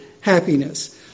happiness